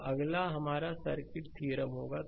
तो अगला हमारा सर्किट थ्योरम होगा